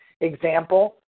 example